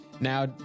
now